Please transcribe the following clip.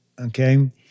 Okay